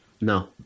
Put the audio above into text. No